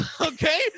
Okay